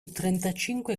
trentacinque